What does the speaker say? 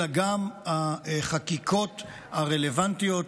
אלא גם החקיקות הרלוונטיות,